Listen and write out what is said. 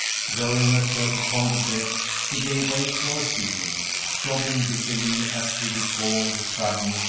throwing herself upon the bed, she gave way to her feelings, sobbing bitterly as she recalled the sudden,